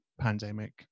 pandemic